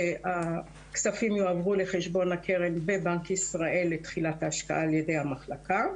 כשהכספים יועברו לחשבון הקרן בבנק ישראל לתחילת השקעה על ידי המחלקה,